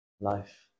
Life